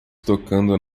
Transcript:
tocando